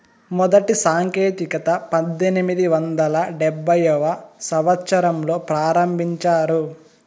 మొదటి సాంకేతికత పద్దెనిమిది వందల డెబ్భైవ సంవచ్చరంలో ప్రారంభించారు